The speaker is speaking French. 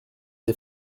des